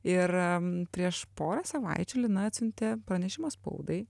ir prieš porą savaičių lina atsiuntė pranešimą spaudai